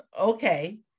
okay